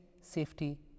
safety